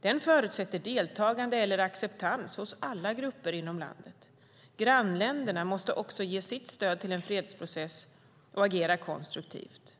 Den förutsätter deltagande eller acceptans hos alla grupper inom landet. Grannländerna måste också ge sitt stöd till en fredsprocess och agera konstruktivt.